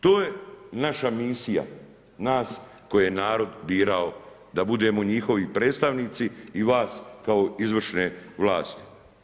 To je naša misija nas koje je narod birao da budemo njihovi predstavnici i vas kao izvršne vlasti.